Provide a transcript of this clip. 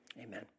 Amen